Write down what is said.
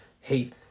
hate